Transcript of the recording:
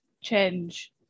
change